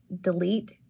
delete